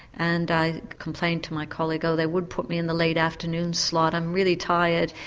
and i complained to my colleague, oh, they would put me in the late afternoon slot, i'm really tired.